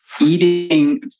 eating